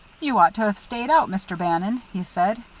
you ought to have stayed out, mr. bannon, he said.